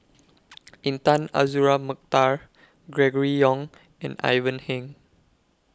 Intan Azura Mokhtar Gregory Yong and Ivan Heng